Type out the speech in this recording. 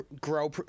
grow